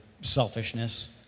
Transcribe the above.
selfishness